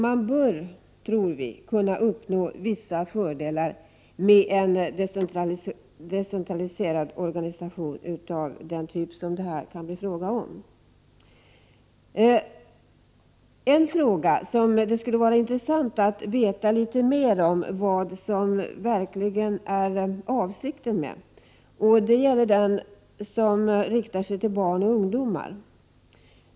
Vi tror att man bör kunna uppnå vissa fördelar med en decentraliserad organisation av den typ som det här kan bli fråga om. En fråga där det skulle vara intressant att veta litet mer om vad som är avsikten bakom orden gäller den verksamhet som är inriktad på barn och ungdomar.